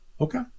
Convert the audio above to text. okay